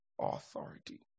authority